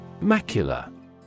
Macula